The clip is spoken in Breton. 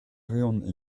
reont